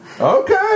Okay